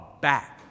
back